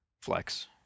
Flex